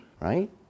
right